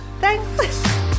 thanks